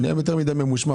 רווחים או אין לו רווחים.